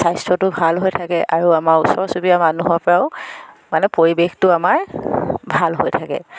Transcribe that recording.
স্বাস্থ্যটো ভাল হৈ থাকে আৰু আমাৰ ওচৰ চুবুৰীয়া মানুহৰপৰাও মানে পৰিৱেশটো আমাৰ ভাল হৈ থাকে